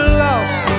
lost